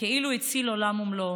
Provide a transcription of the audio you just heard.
כאילו הציל עולם ומלואו.